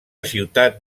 ciutat